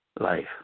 life